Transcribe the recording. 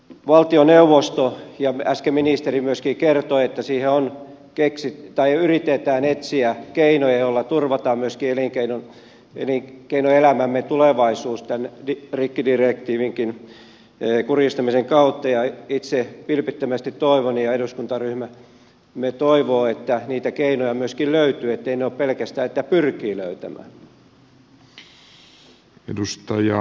valtioneuvostossa äsken ministeri myöskin kertoi että siinä on keksi tai yritetään etsiä keinoja joilla turvataan myöskin elinkeinoelämämme tulevaisuus tämän rikkidirektiivinkin kuristamisesta huolimatta ja itse vilpittömästi toivon ja eduskuntaryhmämme toivoo että niitä keinoja myöskin löytyy ettei pelkästään pyritä löytämään